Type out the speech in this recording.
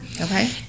Okay